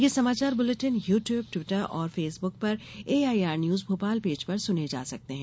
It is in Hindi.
ये समाचार बुलेटिन यू ट्यूब ट्विटर और फेसबुक पर एआईआर न्यूज भोपाल पेज पर सुने जा सकते हैं